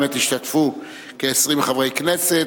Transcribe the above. השתתפו כ-20 חברי כנסת,